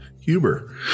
Huber